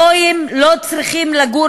גויים לא צריכים לגור